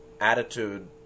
attitude